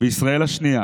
וישראל השנייה,